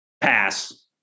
Pass